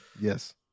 Yes